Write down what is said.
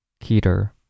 Keter